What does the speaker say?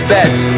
Bets